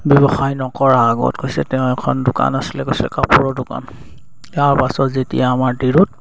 ব্যৱসায় নকৰা আগত কৈছে তেওঁ এখন দোকান আছিলে কৈছে কাপোৰৰ দোকান ইয়াৰ পাছত যেতিয়া আমাৰ তিৰুত